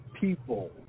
people